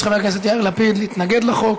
חבר הכנסת יאיר לפיד ביקש להתנגד לחוק.